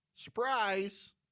Surprise